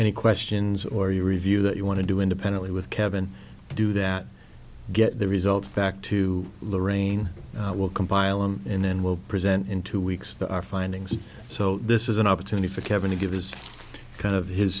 any questions or you review that you want to do independently with kevin do that get the results back to loraine will compile and then we'll present in two weeks to our findings so this is an opportunity for kevin to give his kind of his